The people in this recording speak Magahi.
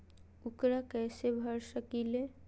ऊकरा कैसे भर सकीले?